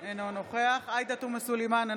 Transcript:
אינו נוכח עאידה תומא סלימאן,